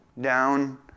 down